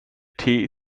tee